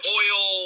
oil